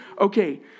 Okay